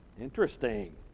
Interesting